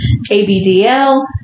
ABDL